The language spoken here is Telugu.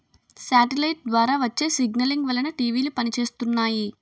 సాటిలైట్ ద్వారా వచ్చే సిగ్నలింగ్ వలన టీవీలు పనిచేస్తున్నాయి